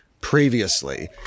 Previously